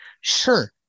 sure